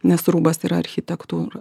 nes rūbas yra architektūra